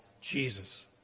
Jesus